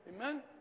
Amen